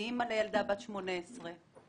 אני אמא לילדה בת 18 שעכשיו